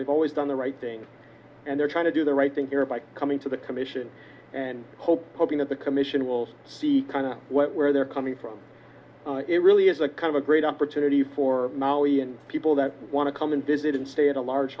they've always done the right thing and they're trying to do the right thing here by coming to the commission and hoping that the commission will see kind of what where they're coming from it really is a kind of a great opportunity for people that want to come and visit and stay in a large